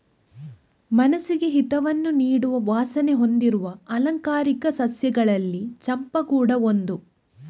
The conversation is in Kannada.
ಮನಸ್ಸಿಗೆ ಹಿತವನ್ನ ನೀಡುವ ವಾಸನೆ ಹೊಂದಿರುವ ಆಲಂಕಾರಿಕ ಸಸ್ಯಗಳಲ್ಲಿ ಚಂಪಾ ಕೂಡಾ ಒಂದು